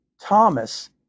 Thomas